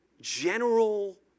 general